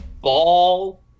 ball